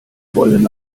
wollen